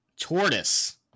Tortoise